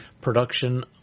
production